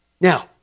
Now